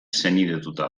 senidetuta